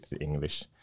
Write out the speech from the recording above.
English